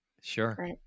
Sure